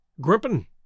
Grimpen